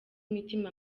imitima